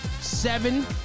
seven